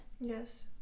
Yes